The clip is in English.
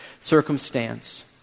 circumstance